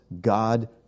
God